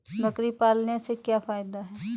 बकरी पालने से क्या फायदा है?